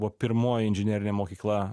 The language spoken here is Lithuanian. buvo pirmoji inžinerinė mokykla